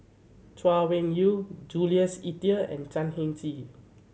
Chay Weng Yew Jules Itier and Chan Heng Chee